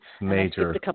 Major